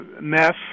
mess